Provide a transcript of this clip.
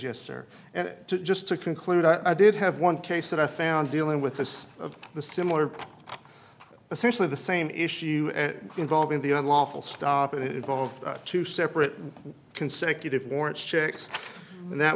yes sir and just to conclude i did have one case that i found dealing with as of the similar essentially the same issue involving the unlawful stop it involved two separate consecutive warrants checks and that